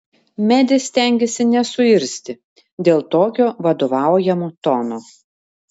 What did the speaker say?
medė stengėsi nesuirzti dėl tokio vadovaujamo tono